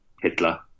Hitler